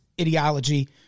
ideology